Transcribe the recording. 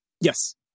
Yes